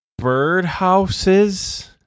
birdhouses